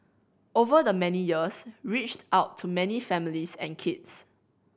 over the many years reached out to many families and kids